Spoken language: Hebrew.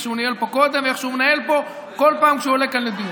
איך שהוא ניהל פה קודם ואיך שהוא מנהל פה כל פעם כשהוא עולה כאן לדיון.